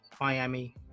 Miami